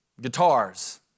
guitars